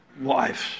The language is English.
wives